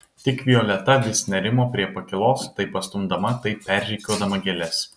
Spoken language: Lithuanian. tik violeta vis nerimo prie pakylos tai pastumdama tai perrikiuodama gėles